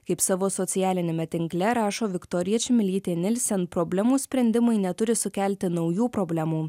kaip savo socialiniame tinkle rašo viktorija čmilytė nilsen problemų sprendimai neturi sukelti naujų problemų